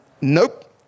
Nope